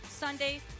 Sunday